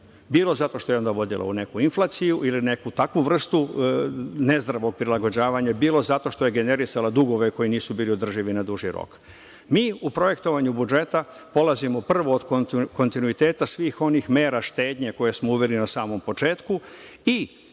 Bilo zato što je vodilo u neku inflaciju ili neku takvu vrstu nezdravog prilagođavanja, bilo zato što je generisalo dugove koji nisu bili održivi na duži rok. Mi u projektovanju budžeta polazimo prvo od kontinuiteta svih onih mera štednje koje smo uveli na samom početku i